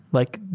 like,